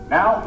Now